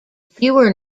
fewer